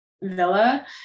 villa